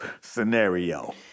scenario